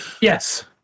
Yes